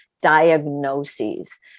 diagnoses